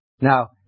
Now